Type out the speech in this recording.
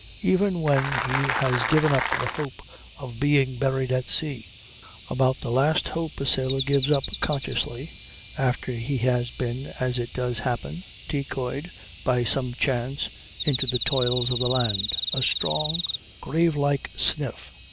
even when he has given up the hope of being buried at sea about the last hope a sailor gives up consciously after he has been, as it does happen, decoyed by some chance into the toils of the land. a strong grave-like sniff.